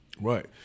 Right